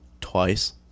twice